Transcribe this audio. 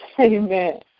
Amen